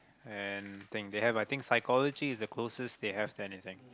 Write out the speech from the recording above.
and thing they have I think psychology is the closest they have to anything